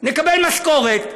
נקבל משכורת,